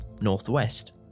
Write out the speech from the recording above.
northwest